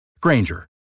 Granger